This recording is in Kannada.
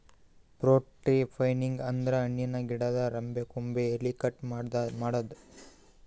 ಫ್ರೂಟ್ ಟ್ರೀ ಪೃನಿಂಗ್ ಅಂದ್ರ ಹಣ್ಣಿನ್ ಗಿಡದ್ ರೆಂಬೆ ಕೊಂಬೆ ಎಲಿ ಕಟ್ ಮಾಡದ್ದ್